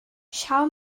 schau